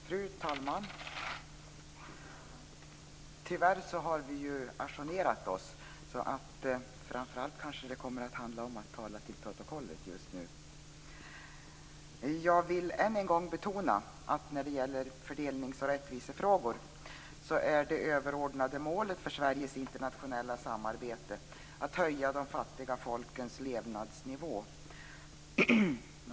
Fru talman! Tyvärr ajournerades detta ärende tidigare, så just nu kommer det framför allt att handla om att tala till protokollet. Jag vill än en gång betona att när det gäller fördelnings och rättvisefrågor är det överordnade målet för Sveriges internationella samarbete att höja de fattiga folkens levnadsnivå.